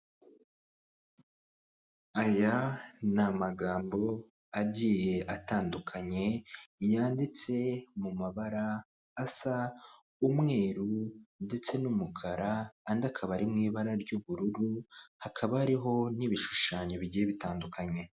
Aya ni amagambo agiye atandukanye yanditse mu mabara asa umweru ndetse n'umukara, andi akaba ari mu ibara ry'ubururu hakaba hariho n'ibishushanyo bigiye bitandukanye.